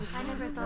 i never